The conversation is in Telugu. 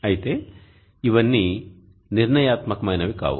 అయితే ఇవన్నీ నిర్ణయాత్మకమైనవి కావు